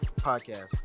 Podcast